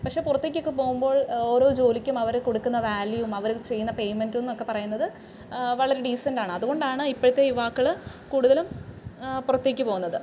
പക്ഷേ പുറത്തേക്ക് ഒക്കെ പോകുമ്പോൾ ഓരോ ജോലിയ്ക്കും അവർ കൊടുക്കുന്ന വാല്യുവും അവർ അത് ചെയ്യുന്ന പെയ്മെൻ്റ് എന്നൊക്കെ പറയുന്നത് വളരെ ഡീസൻ്റ് ആണ് അതുകൊണ്ട് ഇപ്പോഴത്തെ യുവാക്കൾ കൂടുതലും പുറത്തേക്ക് പോകുന്നത്